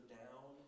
down